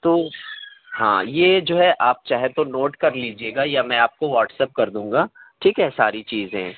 تو ہاں یہ جو ہے آپ چاہے تو نوٹ کر لیجیے گا یا میں آپ کو واٹس ایپ کر دوں گا ٹھیک ہے ساری چیزیں